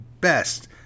best